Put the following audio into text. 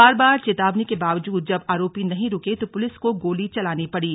बार बार चेतावनी के बावजूद जब आरोपी नहीं रुके तो पुलिस को गोली चलानी पड़ी